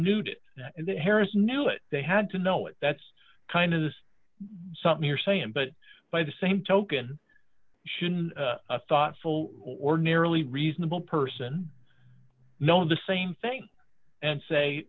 parents knew it they had to know it that's kind of is something you're saying but by the same token shouldn't a thoughtful or nearly reasonable person know the same thing and say